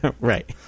Right